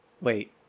Wait